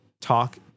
talk